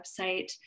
website